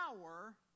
power